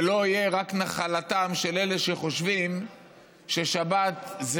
ולא יהיו רק נחלתם של אלה שחושבים ששבת זה